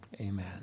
amen